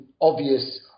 obvious